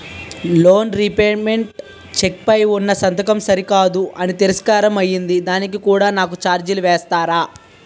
Loan repayment cheque పై ఉన్నా సంతకం సరికాదు అని తిరస్కారం అయ్యింది దానికి కూడా నాకు ఛార్జీలు వేస్తారా?